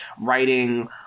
writing